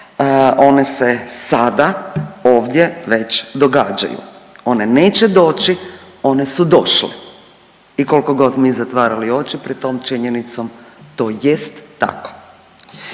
one se sada ovdje već događaju, one neće doći, one su došle i kolko god mi zatvarali oči pred tom činjenicom to jest tako.